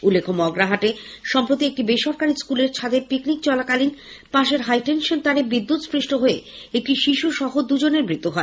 উল্লেখ্য মগরাহাটে সম্প্রতি একটি বেসরকারি স্কুলের ছাদে পিকনিক চলাকালীন পাশের হাইটেনশন তারে বিদ্যুৎস্পৃষ্ট হয়ে একটি শিশু সহ দুজনের মৃত্যু হয়